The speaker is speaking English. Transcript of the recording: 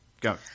go